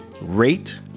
rate